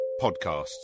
podcasts